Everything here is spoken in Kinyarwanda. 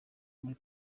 muri